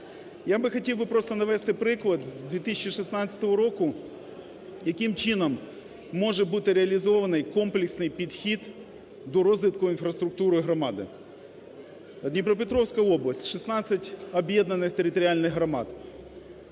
Я би хотів просто навести приклад з 2016 року, яким чином може бути реалізований комплексний підхід до розвитку інфраструктури громади. Дніпропетровська область. 16 об'єднаних територіальних громад.